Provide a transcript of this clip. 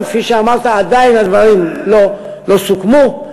כפי שאמרת, עדיין הדברים לא סוכמו.